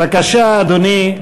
בבקשה, אדוני.